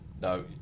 no